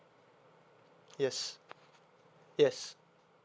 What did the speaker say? yes yes